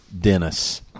Dennis